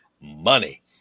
money